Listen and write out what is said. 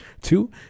Two